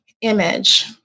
image